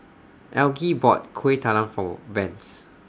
Algie bought Kuih Talam For Vance